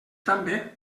també